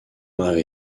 mari